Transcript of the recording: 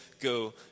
go